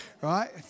right